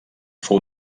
fou